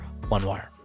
OneWire